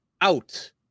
out